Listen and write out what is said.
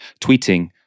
tweeting